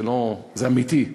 זה אמיתי,